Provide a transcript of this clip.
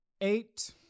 Eight